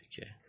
Okay